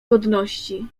godności